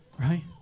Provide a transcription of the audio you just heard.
right